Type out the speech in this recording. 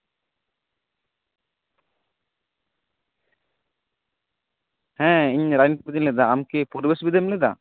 ᱦᱮᱸ ᱤᱧ ᱨᱟᱡᱱᱤᱛᱤ ᱵᱤᱫᱤᱧ ᱞᱟᱹᱭ ᱮᱫᱟ ᱟᱢ ᱠᱤ ᱯᱚᱨᱤᱵᱮᱥ ᱵᱤᱫᱮᱢ ᱞᱟᱹᱭ ᱮᱫᱟ